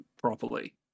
properly